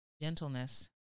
gentleness